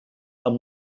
amb